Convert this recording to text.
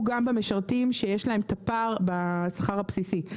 גם במשרתים שיש להם את הפער בשכר הבסיסי.